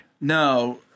No